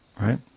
right